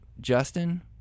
justin